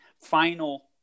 final